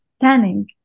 tanning